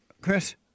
Chris